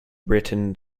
written